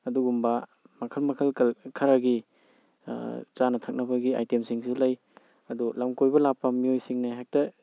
ꯑꯗꯨꯒꯨꯝꯕ ꯃꯈꯜ ꯃꯈꯜ ꯈꯔꯒꯤ ꯆꯥꯅ ꯊꯛꯅꯕꯒꯤ ꯑꯥꯏꯇꯦꯝꯁꯤꯡꯁꯨ ꯂꯩ ꯑꯗꯨ ꯂꯝꯀꯣꯏꯕ ꯂꯥꯛꯄ ꯃꯤꯑꯣꯏꯁꯤꯡꯅ ꯍꯦꯛꯇ